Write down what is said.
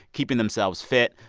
keeping themselves fit.